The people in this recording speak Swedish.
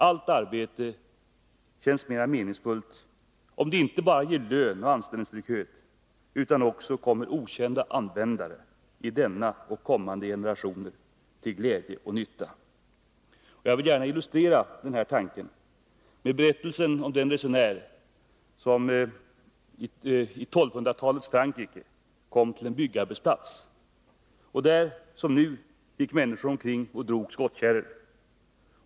Allt arbete känns mer meningsfullt, om det inte bara ger lön och anställningstrygghet utan också blir till glädje och nytta för okända användare — i denna och kommande generationer. Jag vill gärna illustrera den här tanken med berättelsen om den resenär i 1200-talets Frankrike som kom till en byggarbetsplats. Där gick då som nu människor omkring och drog skottkärror.